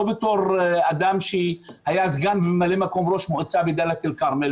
לא בתור אדם שהיה סגן וממלא מקום ראש מועצה בדלית אל כרמל,